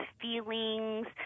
feelings